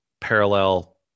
parallel